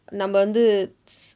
நம்ம வந்து:namma vandthu